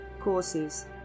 courses